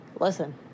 listen